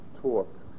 taught